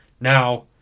Now